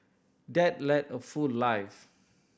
dad led a full life